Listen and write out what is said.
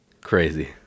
Crazy